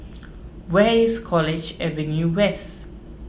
where is College Avenue West